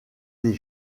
des